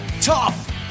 Tough